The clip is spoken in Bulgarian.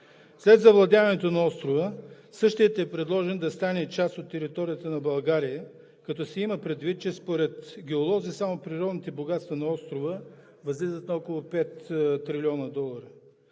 След завладяването на острова същият е предложен да стане част от територията на България, като се има предвид, че според геолози само природните богатства на острова възлизат на около пет трилиона долара.